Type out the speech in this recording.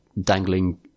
dangling